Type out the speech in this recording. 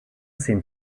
seem